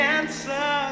answer